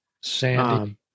Sandy